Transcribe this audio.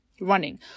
running